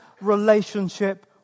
relationship